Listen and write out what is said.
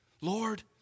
Lord